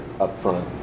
upfront